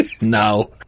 No